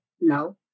no